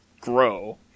grow